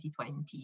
2020